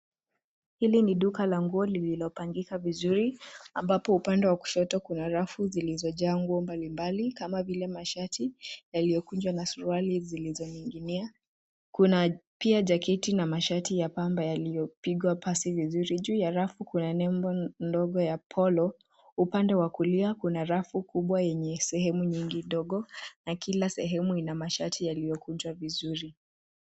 Hili ni duka languo lililo pangika vizuri ambapo upande wa kushoto kuna rafu zilizo jaa nguo mbalimbali kama vile mashati yaliokunjwa na suruali zilizo ninginia. Kuna pia jaketi na mashati ya pamba yaliopigwa pasi vizuri, juu ya rafu kuna nembo ndogo ya polo upande wa kulia kuna rafu kubwa yenye sehemu nyingi ndogo na kila sehemu ina mashati yaliyokunjwa vizuri.